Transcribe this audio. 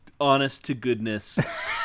honest-to-goodness